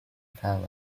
fell